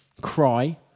cry